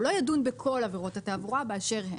הוא לא ידון בכל עבירות התעבורה באשר הן,